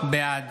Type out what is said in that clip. בעד